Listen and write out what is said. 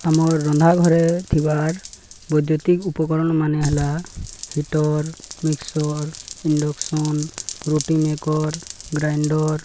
ଆମର୍ ରନ୍ଧା ଘରେ ଥିବା ବୈଦ୍ୟୁତିକ ଉପକରଣ ମାନେ ହେଲା ହିଟର୍ ମିକ୍ସର୍ ଇଣ୍ଡକ୍ସନ୍ ରୁଟି ମେକର୍ ଗ୍ରାଇଣ୍ଡର୍